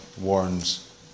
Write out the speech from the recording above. warns